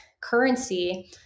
currency